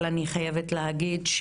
אבל אני חייבת להגיד,